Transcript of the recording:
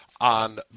on